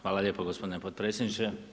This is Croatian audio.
Hvala lijepo gospodine potpredsjedniče.